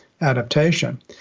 adaptation